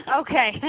Okay